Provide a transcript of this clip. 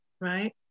right